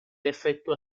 effettua